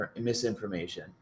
misinformation